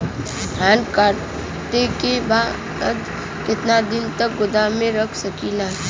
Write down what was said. धान कांटेके बाद कितना दिन तक गोदाम में रख सकीला?